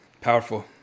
Powerful